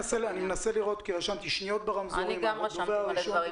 רשמתי גם לגבי שניות ברמזורים של הדובר הראשון.